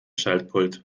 schaltpult